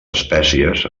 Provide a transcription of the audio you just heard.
espècies